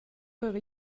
per